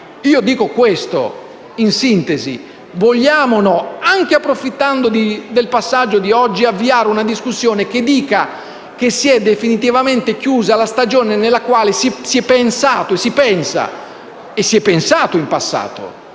dico questo in sintesi: vogliamo o no - anche approfittando del passaggio di oggi - avviare una discussione che dica che si è definitivamente chiusa la stagione nella quale si pensa (e si è pensato in passato),